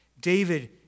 David